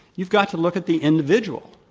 you've got to look at the individual.